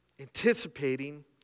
anticipating